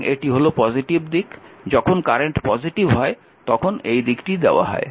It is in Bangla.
সুতরাং এটি হল পজিটিভ দিক যখন কারেন্ট পজিটিভ হয় তখন এই দিকটি দেওয়া হয়